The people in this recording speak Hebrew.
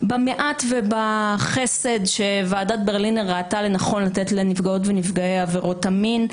במעט ובחסד שוועדת ברלינר ראתה לנכון לתת לנפגעות ונפגעי עבירות המין.